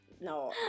no